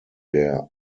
der